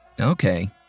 Okay